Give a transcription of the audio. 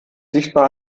sichtbar